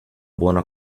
buona